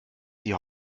die